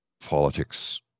politics